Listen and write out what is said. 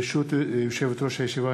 ברשות יושבת-ראש הישיבה,